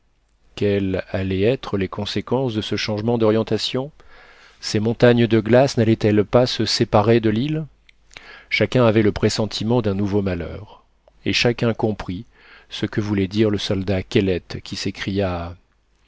quelles allaient être les conséquences de ce changement d'orientation ces montagnes de glace nallaient elles pas se séparer de l'île chacun avait le pressentiment d'un nouveau malheur et chacun comprit ce que voulait dire le soldat kellet qui s'écria